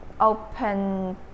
open